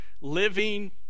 living